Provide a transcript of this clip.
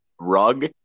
rug